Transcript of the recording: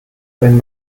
wenn